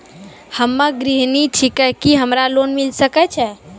हम्मे गृहिणी छिकौं, की हमरा लोन मिले सकय छै?